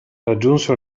raggiunse